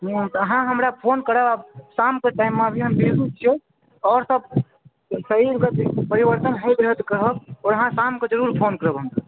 हँ तऽ अहाँ हमरा फोन करब शामके टाइममे अभी हम बीजी छियै आओर सभ शरीरकऽ परिवर्तन होयत तऽ कहब अहाँ शामके जरूर फोन करब हमरा